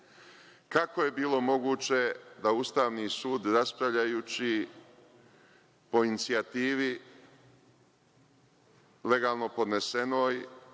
Kako je bilo moguće da Ustavni sud raspravljajući po inicijativi legalno podnesenoj